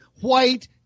white